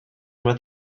more